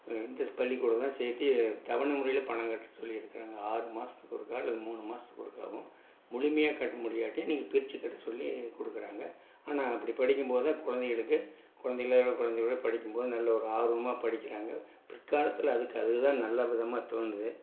இந்த பள்ளிக்கூடம் தான் சேர்த்தி தவணை முறையில் பணம் கட்ட சொல்லியிருக்குறாங்க ஆறு மாதத்துக்கு ஒருக்கா இல்லை மூணு மாதத்துக்கு ஒருக்காவும் முழுமையாக கட்ட முடியாட்டி நீங்கள் பிரிச்சு கட்ட சொல்லி கொடுக்குறாங்க ஆனால் அப்படி படிக்கும் போதுதான் கொழந்தைங்களுக்கு கொழந்தைங்களாக கொழந்தையோட படிக்கும் போது நல்ல ஒரு ஆர்வமாக படிக்கிறாங்க பிற்காலத்தில் அதுக்கு அது தான் நல்ல விதமாக தோணுது